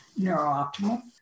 Neurooptimal